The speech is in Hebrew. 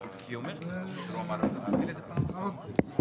היו כדי להגיע לשני דברים: